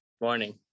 Morning